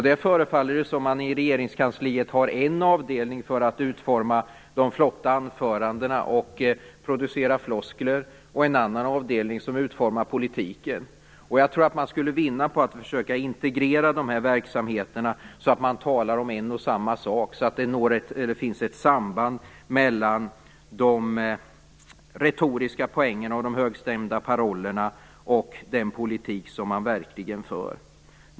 Det förefaller som om man i Regeringskansliet har en avdelning som utformar de flotta anförandena och producerar floskler och en annan avdelning som utformar politiken. Jag tror att man skulle vinna på att försöka integrera de här verksamheterna så att man talar om en och samma sak, så att det finns ett samband mellan de retoriska poängen, de högstämda parollerna och den politik man verkligen för.